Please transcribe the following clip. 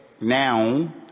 now